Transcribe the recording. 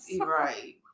right